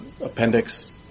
appendix